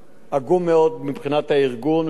חוסר באמצעים, חוסר בציוד.